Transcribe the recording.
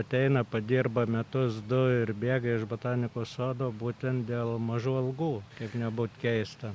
ateina padirba metus du ir bėga iš botanikos sodo būtent dėl mažų algų ir nebūt keista